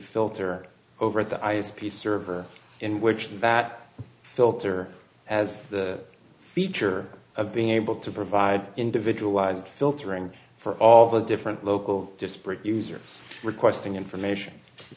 filter over at the ice peace server in which that filter as the feature of being able to provide individualized filtering for all the different local disparate users requesting information as